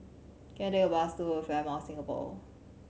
can I take a bus to Fairmont Singapore